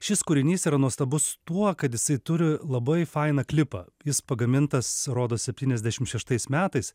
šis kūrinys yra nuostabus tuo kad jisai turi labai fainą klipą jis pagamintas rodos septyniasdešim šeštais metais